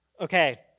Okay